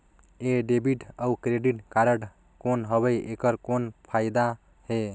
ये डेबिट अउ credit card कौन हवे एकर कौन फाइदा हे?